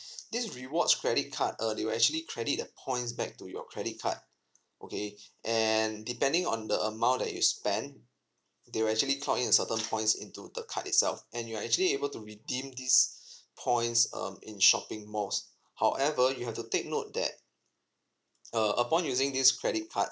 this rewards credit card uh they will actually credit the points back to your credit card okay and depending on the amount that you spend they will actually clock in a certain points into the card itself and you are actually able to redeem this points um in shopping malls however you have to take note that err upon using is credit cards